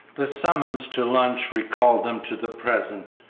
the summons to lunch recalled them to the present.